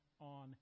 on